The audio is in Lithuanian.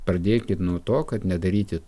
pradėkit nuo to kad nedaryti